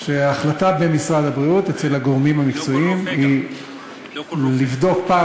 שההחלטה במשרד הבריאות אצל הגורמים המקצועיים היא לבדוק פעם